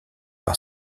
par